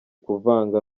kuvanga